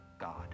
God